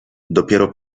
dopiero